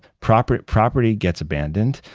property property gets abandoned,